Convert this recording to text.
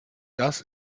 das